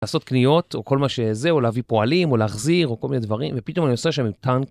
לעשות קניות או כל מה שזה או להביא פועלים או להחזיר או כל מיני דברים ופתאום אני נוסע שם עם טנק.